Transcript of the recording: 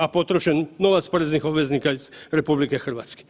A potrošen novac poreznih obveznika iz RH.